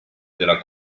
della